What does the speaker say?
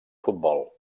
futbol